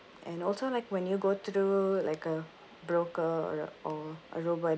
and also like when you go through like a broker or a or a robo